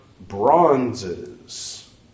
bronzes